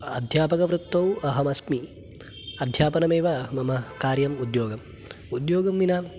अध्यापकवृत्तौ अहमस्मि अध्यापनमेव मम कार्यम् उद्योगम् उद्योगं विना